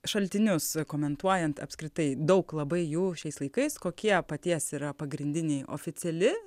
šaltinius komentuojant apskritai daug labai jų šiais laikais kokie paties yra pagrindiniai oficiali